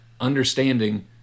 understanding